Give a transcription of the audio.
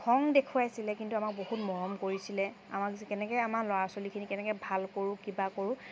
খং দেখুৱাইছিলে কিন্তু আমাক বহুত মৰম কৰিছিলে কেনেকৈ আমাক কেনেকৈ ল'ৰা ছোৱালীখিনি কেনেকৈ ভাল কৰোঁ কিবা কৰোঁ